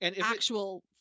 actual